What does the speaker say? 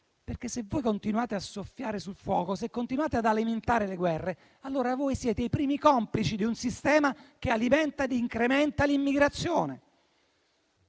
perché se continuate a soffiare sul fuoco e ad alimentare le guerre, allora siete i primi complici di un sistema che alimenta ed incrementa l'immigrazione.